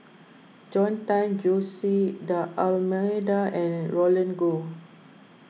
Robert Tan Jose D'Almeida and Roland Goh